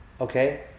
okay